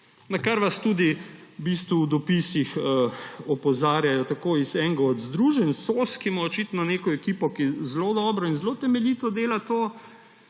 na kar vas tudi v dopisih opozarjajo iz enega od združenj, SOS, kjer imajo očitno neko ekipo, ki zelo dobro in zelo temeljito dela to,